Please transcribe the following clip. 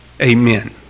amen